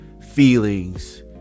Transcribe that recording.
feelings